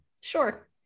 sure